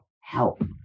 help